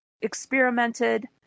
experimented